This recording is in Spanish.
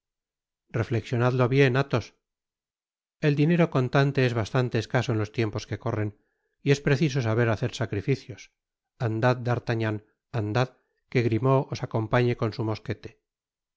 reflexionadlo bien athos el dinero contante es bastante escaso en los tiempos que corren y es preciso saber hacer sacrificios andad d'artagnan andad que grimaud os acompase con su mosquete